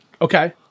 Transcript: Okay